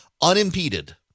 unimpeded